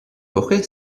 woche